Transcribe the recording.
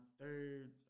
third